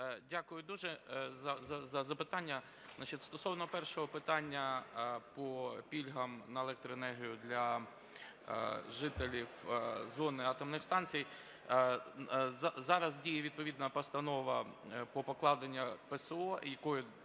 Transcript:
Дякую дуже за запитання. Значить, стосовно першого питання по пільгам на електроенергію для жителів зони атомних станцій. Зараз діє відповідна Постанова по покладенню ПСО, якою,